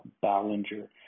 Ballinger